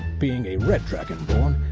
being a red dragonborn,